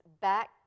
back